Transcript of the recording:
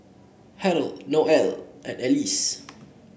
Harrold Noel and Alyse